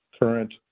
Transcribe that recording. current